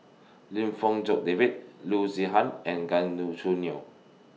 Lim Fong Jock David Loo Zihan and Gan Choo Neo